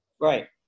Right